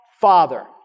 father